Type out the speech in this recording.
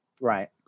Right